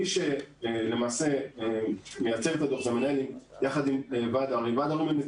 מי שלמעשה מייצר את הדוח זה המנהלים יחד עם ועד ההורים.